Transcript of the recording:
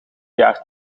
jaar